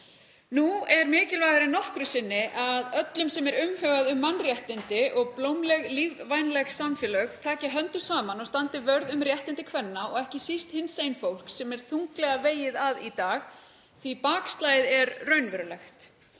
Nú er mikilvægara en nokkru sinni að öllum sem er umhugað um mannréttindi og blómleg lífvænleg samfélög taki höndum saman og standa vörð um réttindi kvenna og ekki síst hinsegin fólks sem er þunglega vegið að í dag — því að bakslagið er raunverulegt.